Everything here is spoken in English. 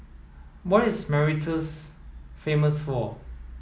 what is Mauritius famous for